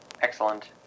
excellent